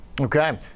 okay